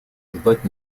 создать